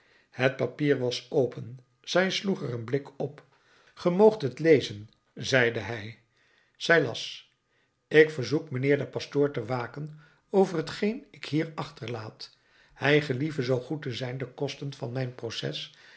het papier was open zij sloeg er een blik op ge moogt het lezen zeide hij zij las ik verzoek mijnheer den pastoor te waken over hetgeen ik hier achterlaat hij gelieve zoo goed te zijn de kosten van mijn proces